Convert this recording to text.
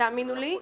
האמינו לי.